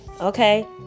Okay